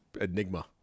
enigma